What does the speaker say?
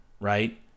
right